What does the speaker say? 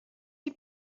die